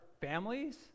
families